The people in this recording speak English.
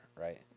right